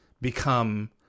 become